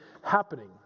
happening